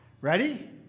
Ready